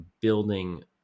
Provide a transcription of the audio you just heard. building